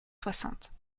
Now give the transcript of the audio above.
soixante